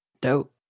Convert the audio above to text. Dope